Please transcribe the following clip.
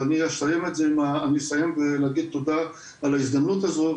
ואני אסיים כדי להגיד תודה על ההזדמנות הזו,